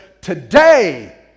today